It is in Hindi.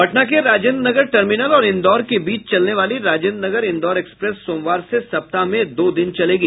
पटना के राजेन्द्र नगर टर्मिनल और इन्दौर के बीच चलने वाली राजेन्द्रनगर इंदौर एक्सप्रेस सोमवार से सप्ताह में दो दिन चलेगी